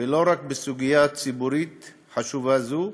ולא רק בסוגיה ציבורית חשובה זו,